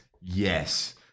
Yes